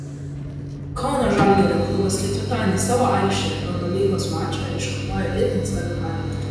kauno žalgirio klubas ketvirtadienį savo aikštėje eurolygos mače iškovojo itin svarbią pergalę